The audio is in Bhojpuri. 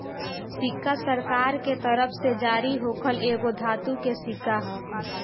सिक्का सरकार के तरफ से जारी होखल एगो धातु के सिक्का ह